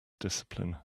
discipline